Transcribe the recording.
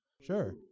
Sure